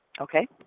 Okay